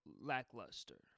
lackluster